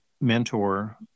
mentor